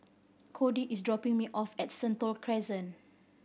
Kody is dropping me off at Sentul Crescent